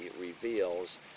reveals